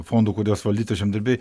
fondų kuriuos valdytų žemdirbiai